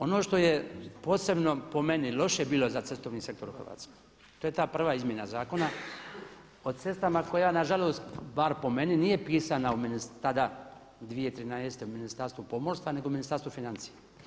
Ono što je posebno po meni loše bilo za cestovni sektor u Hrvatskoj to je ta prva izmjena Zakona o cestama koja na žalost bar po meni nije pisana tada 2013. u Ministarstvu pomorstva, nego Ministarstvu financija.